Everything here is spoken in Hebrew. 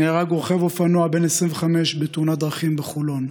נהרג רוכב אופנוע בן 25 בתאונת דרכים בחולון.